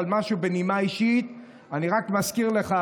אבל משהו בנימה אישית, אני רק מזכיר לך,